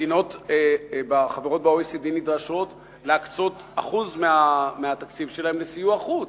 מדינות חברות ב-OECD נדרשות להקצות אחוז מהתקציב שלהן לסיוע חוץ,